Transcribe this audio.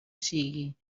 sigui